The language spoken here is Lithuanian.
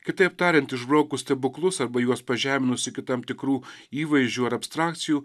kitaip tariant išbraukus stebuklus arba juos pažeminus iki tam tikrų įvaizdžių ar abstrakcijų